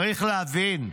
צריך להבין,